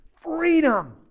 freedom